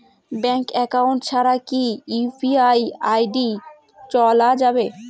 Bank account ছাড়া কি UPI ID চোলা যাবে?